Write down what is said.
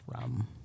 Rum